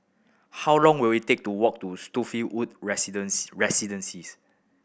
how long will it take to walk to Spottiswoode Residence Residences